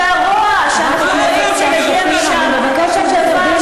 ואני אלחם כרגע על